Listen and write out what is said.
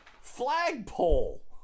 flagpole